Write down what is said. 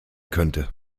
könnte